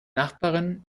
nachbarin